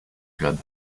club